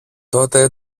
τότε